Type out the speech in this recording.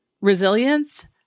resilience